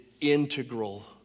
integral